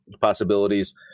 possibilities